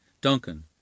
Duncan